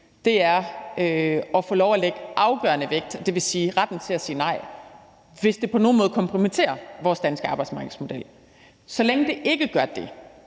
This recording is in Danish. til, er at få lov til at lægge afgørende vægt på det, dvs. retten til at sige nej, hvis det på nogen måde kompromitterer vores danske arbejdsmarkedsmodel. Så længe det ikke gør det,